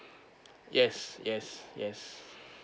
yes yes yes